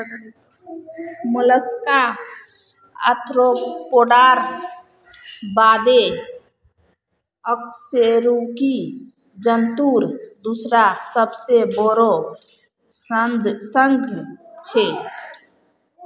Mollusca आर्थ्रोपोडार बादे अकशेरुकी जंतुर दूसरा सबसे बोरो संघ छे